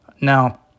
Now